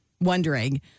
wondering